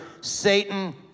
Satan